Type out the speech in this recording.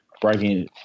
breaking